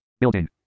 Building